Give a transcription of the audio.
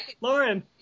Lauren